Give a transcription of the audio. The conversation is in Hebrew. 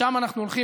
לשם אנחנו הולכים,